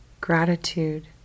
Gratitude